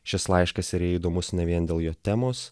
šis laiškas yra įdomus ne vien dėl jo temos